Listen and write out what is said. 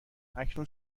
اکنون